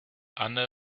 anne